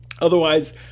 Otherwise